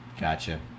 Gotcha